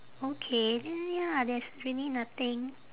okay then ya there's really nothing